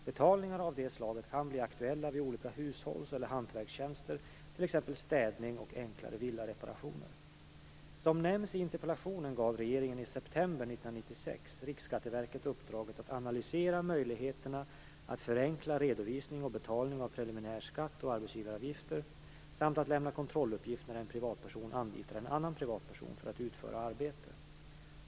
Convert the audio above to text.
Betalningar av det slaget kan bli aktuella vid olika hushålls och hantverkstjänster, t.ex. Som nämns i interpellationen gav regeringen i september 1996 Riksskatteverket uppdraget att analysera möjligheterna att förenkla redovisning och betalning av preliminär skatt och arbetsgivaravgifter samt att lämna kontrolluppgift när en privatperson anlitar en annan privatperson för att utföra arbete.